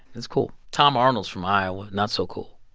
it's cool. tom arnold's from iowa, not so cool.